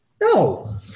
no